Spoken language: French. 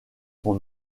son